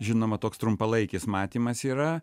žinoma toks trumpalaikis matymas yra